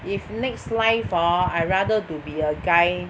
if next life orh I rather to be a guy